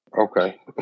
Okay